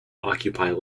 occupy